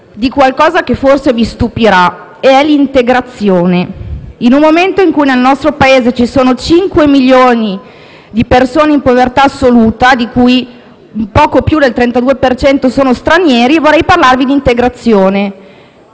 di qualcosa che forse vi stupirà, e cioè di integrazione. In un momento in cui nel nostro Paese ci sono cinque milioni di persone in povertà assoluta, di cui poco più del 32 per cento sono stranieri, vorrei parlarvi di integrazione